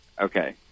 Okay